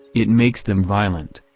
it makes them violent.